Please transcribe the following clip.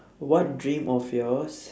what dream of yours